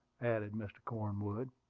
added mr. cornwood.